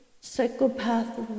psychopath